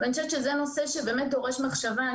זה נושא שדורש מחשבה.